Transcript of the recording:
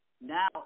Now